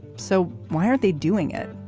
so why are they doing it?